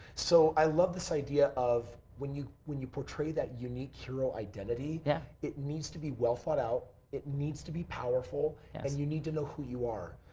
so, i love this idea of when you when you portray that unique hero identity, yeah it needs to be well thought out. it needs to be powerful as you need to know who you are.